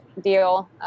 deal